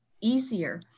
easier